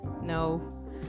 no